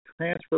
transfer